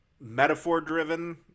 metaphor-driven